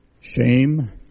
shame